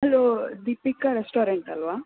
hello Deepika restaurant ಅಲ್ಲವಾ